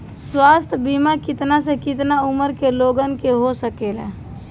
स्वास्थ्य बीमा कितना से कितना उमर के लोगन के हो सकेला?